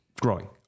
growing